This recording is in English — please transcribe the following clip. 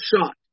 shot